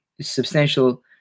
substantial